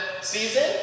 season